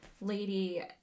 lady